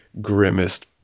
grimmest